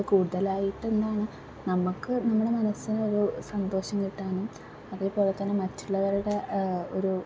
അപ്പോൾ കൂടുതലായിട്ട് എന്താണ് നമുക്ക് നമ്മടെ മനസ്സിനൊരു സന്തോഷം കിട്ടാനും അതേപോലെ തന്നെ മറ്റുള്ളവരുടെ ഒരു